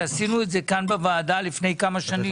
כפי שעשינו בוועדה לפני כמה שנים.